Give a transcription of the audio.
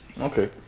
Okay